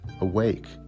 Awake